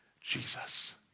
Jesus